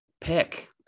pick